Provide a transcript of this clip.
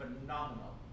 phenomenal